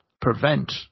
prevent